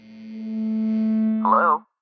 Hello